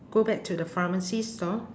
go back to the pharmacy store